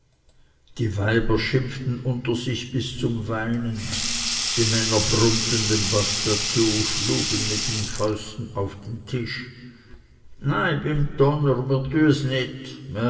die weiber schimpften unter sich bis zum weinen die männer brummten den baß dazu schlugen mit den fäusten auf den tisch nei